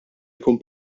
jkun